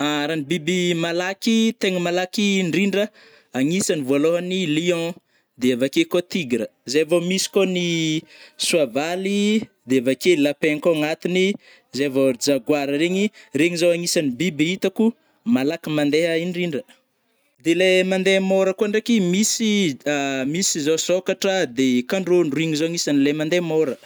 Ra ny biby malaky tegna malaky indrindra, agnisany vôlohany lion, de avake kô tigre, zay vô misy kô ny soavaly, de avake lapin kô agnatigny, zay vo ry jagoara regny, regny agnisany biby itako malaky mandeha indrindra. De lay mandeha môra kô ndraiky misy misy zao sôkatra, de kandrôndro regny zô agnisany le mandeha môra.